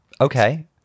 Okay